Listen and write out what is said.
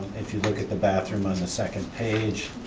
if you look at the bathroom on the second page,